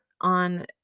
On